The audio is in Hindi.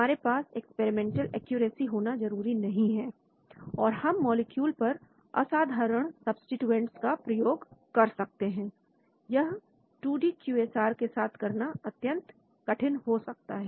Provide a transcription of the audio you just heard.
हमारे पास एक्सपेरिमेंटल एक्यूरेसी होना जरूरी नहीं है और हम मॉलिक्यूल पर असाधारण सब्सीट्यूएंट्स प्रयोग कर सकते हैं यह 2D Q S A R के साथ करना अत्यंत कठिन हो सकता है